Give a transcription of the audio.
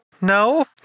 no